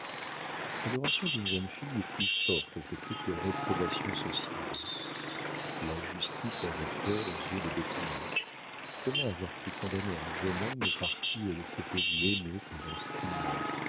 l'adoration d'une jeune fille est plus forte que toutes les réprobations sociales la justice avait tort aux yeux de bettina comment avoir pu condamner un jeune homme par qui elle s'était vue aimée pendant six mois